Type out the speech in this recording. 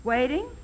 Waiting